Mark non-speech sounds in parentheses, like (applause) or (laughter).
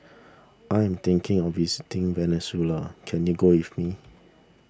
(noise) I am thinking of visiting Venezuela can you go with me